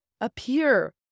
appear